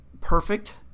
perfect